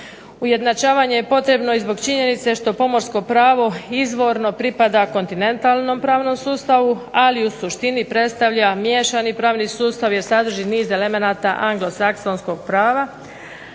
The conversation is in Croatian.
Ujednačavanje je potrebno i zbog činjenice što pomorsko pravo izvorno pripada kontinentalnom pravnom sustavu, ali u suštini predstavlja miješani pravni sustav jer sadrži niz elemenata anglo-saksonskog prava